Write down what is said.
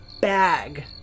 bag